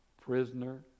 prisoner